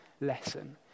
lesson